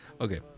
Okay